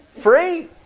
free